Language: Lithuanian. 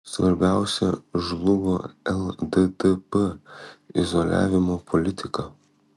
svarbiausia žlugo lddp izoliavimo politika